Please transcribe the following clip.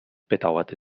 bedauerte